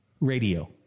Radio